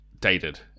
dated